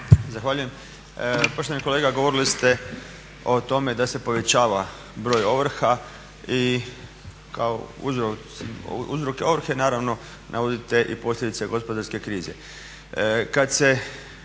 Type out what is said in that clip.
Zahvaljujem. Poštovani kolega govorili ste o tome da se povećava broj ovrha i kao uzroke ovrhe naravno navodite i posljedice gospodarske krize.